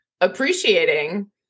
appreciating